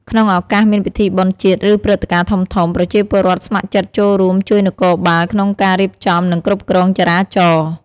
ក្នុងឱកាសមានពិធីបុណ្យជាតិ ឬព្រឹត្តិការណ៍ធំៗ ប្រជាពលរដ្ឋស្ម័គ្រចិត្តចូលរួមជួយនគរបាលក្នុងការរៀបចំ និងគ្រប់គ្រងចរាចរណ៍។